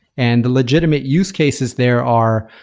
and the legitimate use cases there are,